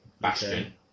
Bastion